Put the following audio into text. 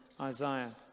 Isaiah